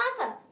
Awesome